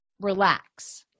Relax